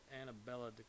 Annabella